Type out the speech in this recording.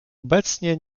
obecnie